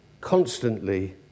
constantly